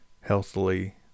healthily